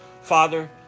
Father